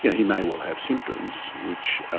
he may well have symptoms which